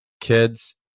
Kids